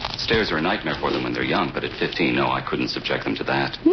stairs are a nightmare for them when they're young. but at fifteen, no, i uldn't subject them to that.